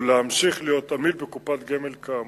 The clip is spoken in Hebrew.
או להמשיך להיות עמית בקופת גמל כאמור,